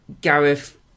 Gareth